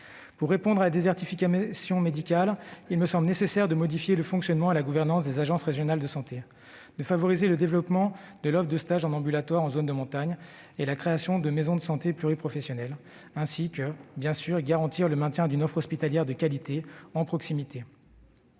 Pour répondre à la désertification médicale, il me semble nécessaire de modifier le fonctionnement et la gouvernance des agences régionales de santé, de favoriser le développement de l'offre de stages en ambulatoire dans les zones de montagne, de développer la création de maisons de santé pluriprofessionnelles et de garantir le maintien d'une offre hospitalière de qualité, en proximité.